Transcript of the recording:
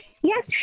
Yes